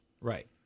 Right